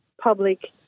public